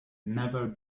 never